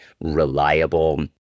reliable